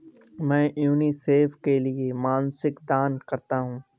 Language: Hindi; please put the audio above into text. मैं यूनिसेफ के लिए मासिक दान करता हूं